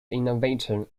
innovator